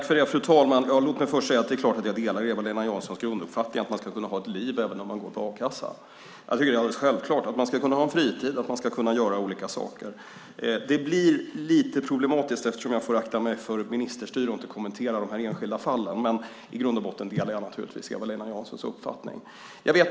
Fru talman! Låt mig först säga att det är klart att jag delar Eva-Lena Janssons grunduppfattning att man ska kunna ha ett liv även om man går på a-kassa. Jag tycker att det är alldeles självklart att man ska kunna ha en fritid, att man ska kunna göra olika saker. Det blir lite problematiskt eftersom jag får akta mig för ministerstyre och inte kommentera de enskilda fallen, men i grund och botten delar jag naturligtvis Eva-Lena Janssons uppfattning.